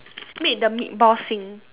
make the meatball sing